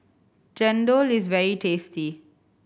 chendol is very tasty